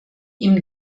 ihm